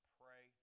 pray